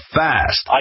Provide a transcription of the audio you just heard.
fast